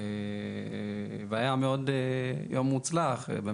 והיה יום מאוד מוצלח.